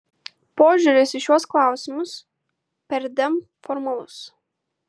požiūris į šiuos klausimus perdėm formalus